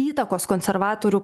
įtakos konservatorių